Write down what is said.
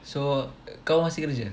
so kau masih kerja